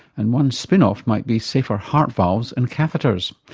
and one spin-off might be safer heart valves and catheters.